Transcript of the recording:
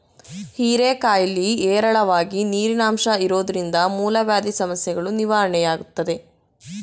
ಹೀರೆಕಾಯಿಲಿ ಹೇರಳವಾಗಿ ನೀರಿನಂಶ ಇರೋದ್ರಿಂದ ಮೂಲವ್ಯಾಧಿ ಸಮಸ್ಯೆಗಳೂ ನಿವಾರಣೆಯಾಗ್ತದೆ